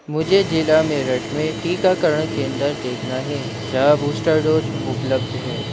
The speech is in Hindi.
मुझे ज़िला मेरठ में टीकाकरण केंद्र देखना है जहाँ बूस्टर डोज़ उपलब्ध है